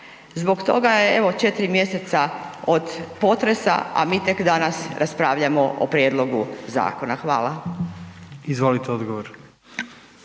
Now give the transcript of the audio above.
Zbog toga je evo 4. mjeseca od potresa, a mi tek danas raspravljamo o prijedlogu zakona. Hvala. **Jandroković,